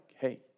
hey